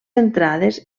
entrades